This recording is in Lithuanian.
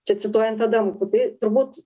čia cituojant adamkų tai turbūt